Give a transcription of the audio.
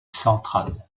centrale